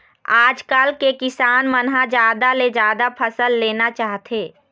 आजकाल के किसान मन ह जादा ले जादा फसल लेना चाहथे